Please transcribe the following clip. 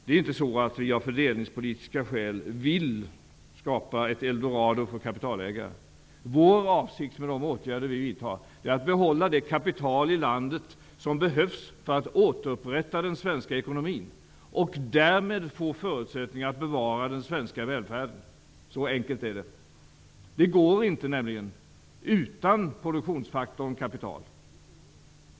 Det är inte så att vi av fördelningspolitiska skäl vill skapa ett eldorado för kapitalägare. Vår avsikt med de åtgärder vi vidtar är att behålla i landet det kapital som behövs för att återupprätta den svenska ekonomin och därmed få förutsättningar att bevara den svenska välfärden. Så enkelt är det. Det går nämligen inte utan produktionsfaktorn kapital.